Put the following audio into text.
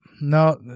No